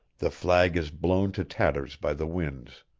the flag is blown to tatters by the winds.